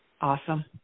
Awesome